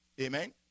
Amen